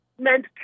Meant